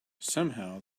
somehow